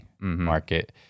market